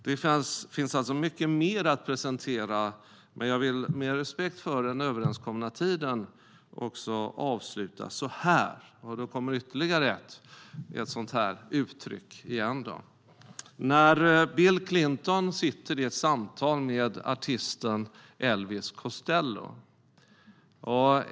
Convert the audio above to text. Det finns alltså mycket mer att presentera, men jag vill av respekt för den överenskomna tiden avsluta så här, och här kommer alltså ytterligare ett uttryck. Bill Clinton sitter i ett samtal med artisten Elvis Costello.